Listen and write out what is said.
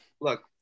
look